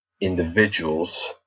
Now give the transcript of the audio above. individuals